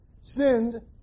Sinned